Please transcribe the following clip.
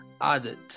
added